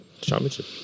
championship